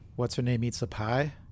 What's-her-name-eats-a-pie